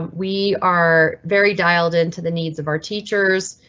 um we are very dialed into the needs of our teachers.